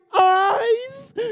eyes